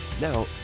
Now